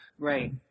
Right